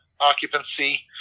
occupancy